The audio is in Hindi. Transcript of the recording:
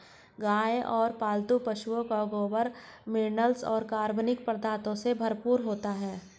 गाय और पालतू पशुओं का गोबर मिनरल्स और कार्बनिक पदार्थों से भरपूर होता है